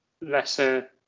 lesser